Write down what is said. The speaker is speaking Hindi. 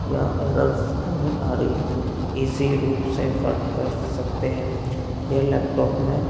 या एरर्स नहीं आ रही हैं ईज़ी रूप से वर्क कर सकते हैं यह लैपटॉप में